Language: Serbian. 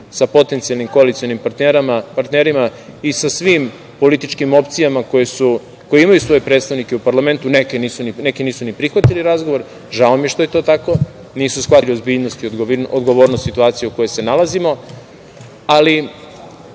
sa potencijalnim koalicionim partnerima i sa svim političkim opcijama koji imaju svoje predstavnike u parlamentu, neki nisu ni prihvatili razgovor. Žao mi je što je to tako, nisu shvatili ozbiljnost i odgovornost situacije u kojoj se nalazimo, ali